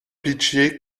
pitié